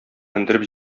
мендереп